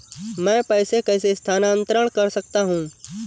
मैं पैसे कैसे स्थानांतरण कर सकता हूँ?